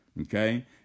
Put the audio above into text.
Okay